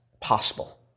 possible